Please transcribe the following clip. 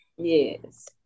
Yes